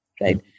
right